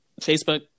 Facebook